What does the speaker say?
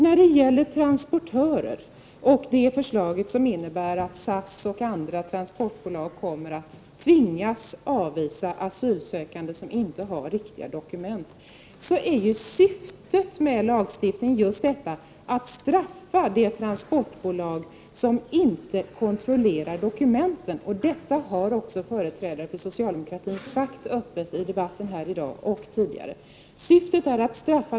När det gäller det förslag som innebär att SAS och andra transportbolag kommer att tvingas avvisa asylsökande som inte har riktiga dokument är ju syftet med lagstiftningen just att straffa de transportbolag som inte kontrollerar dokumenten, och detta har också företrädare för socialdemokratin sagt öppet i debatten här i dag och tidigare.